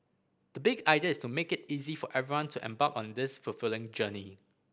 the big idea is to make it easy for everyone to embark on this fulfilling journey